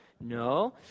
No